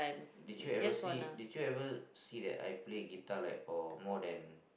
did you see did you ever see that I play guitar like for more than